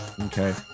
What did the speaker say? Okay